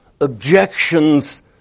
objections